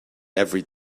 every